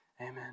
amen